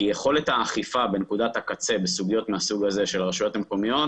כי יכולת האכיפה בנקודת הקצה בסוגיות מהסוג הזה של הרשויות המקומיות